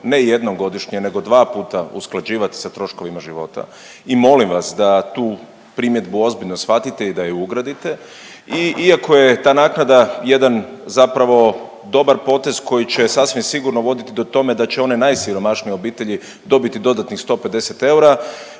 ne jednom godišnje, nego dva puta usklađivati sa troškovima života i molim vas da tu primjedbu ozbiljno shvatite i da ju ugradite. I iako je ta naknada jedan zapravo dobar potez koji će sasvim sigurno voditi tome da će one najsiromašnije obitelji dobiti dodatnih 150 eura.